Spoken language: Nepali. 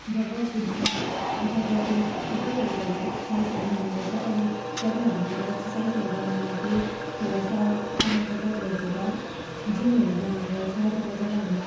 जब फुट जब त्यो फुटबलहरू खेल्दा एकसर्साइजहरू पनि हुने गर्छ अरू जग्गाहरूतिर एकसर्साइजहरू गर्न लागि ठुला सहर सहर बजारहरू तिर जिमहरू जाने गर्छ तर जब हामी